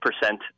percent